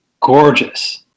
gorgeous